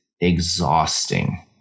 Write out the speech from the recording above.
exhausting